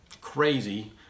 crazy